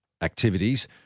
activities